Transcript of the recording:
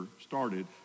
started